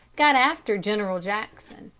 got after general jackson,